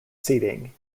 seating